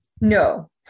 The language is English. No